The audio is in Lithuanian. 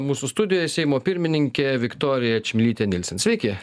mūsų studijoje seimo pirmininkė viktorija čmilytė nylsen sveiki